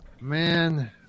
Man